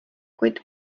kuid